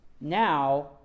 now